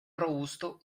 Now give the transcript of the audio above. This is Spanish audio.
robusto